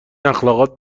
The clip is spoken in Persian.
اخلاقات